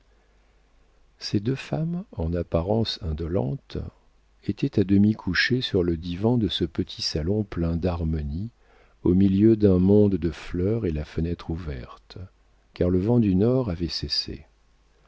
ces deux femmes en apparence indolentes étaient à demi couchées sur le divan de ce petit salon plein d'harmonies au milieu d'un monde de fleurs et la fenêtre ouverte car le vent du nord avait cessé